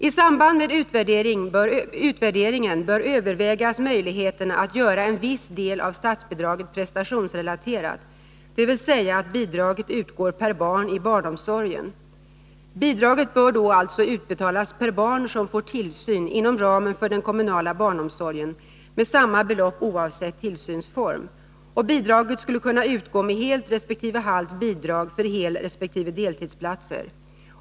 I samband med utvärderingen bör möjligheten att göra en viss del av statsbidraget prestationsrelaterad övervägas, dvs. att bidraget utgår per barn ibarnomsorgen. Bidraget bör då alltså utbetalas per barn som får tillsyn inom ramen för den kommunala barnomsorgen med samma belopp oävsett tillsynsform. Bidraget skulle kunna utgå med helt resp. halvt bidrag för helresp. deltidsplatser.